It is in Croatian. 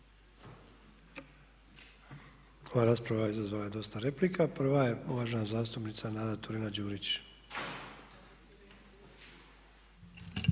Ova rasprava izazvala je dosta replika. Prva je uvažena zastupnica Nada Turina-Đurić.